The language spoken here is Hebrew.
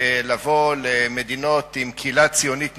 לבוא למדינות עם קהילה ציונית נפלאה,